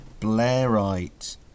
Blairite